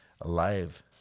alive